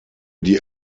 die